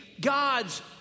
God's